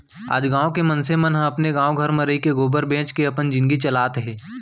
आज गॉँव के मनसे मन ह अपने गॉव घर म रइके गोबर बेंच के अपन जिनगी चलात हें